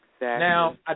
Now